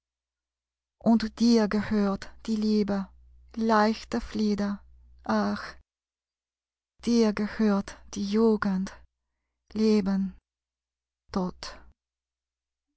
und dir gehört die liebe leichter flieder ach dir gehört die jugend leben tod